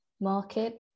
market